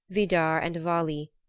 vidar and vali,